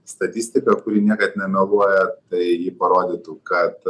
statistiką kuri niekad nemeluoja tai parodytų kad